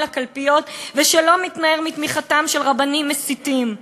לקלפיות" ושלא מתנער מתמיכתם של רבנים מסיתים,